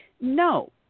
No